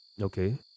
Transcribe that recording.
Okay